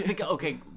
Okay